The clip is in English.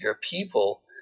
people